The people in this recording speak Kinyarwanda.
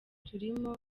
turimo